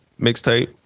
mixtape